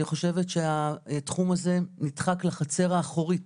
אני חושבת שהתחום הזה נדחק לחצר האחורית